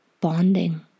bonding